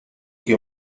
que